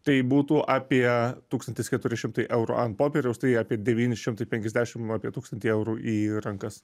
tai būtų apie tūkstantis keturi šimtai eurų ant popieriaus tai apie devyni šimtai penkiasdešim apie tūkstantį eurų į rankas